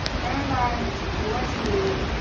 coronavirus, the word to me,